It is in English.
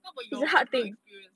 what about your personal experience